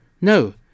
No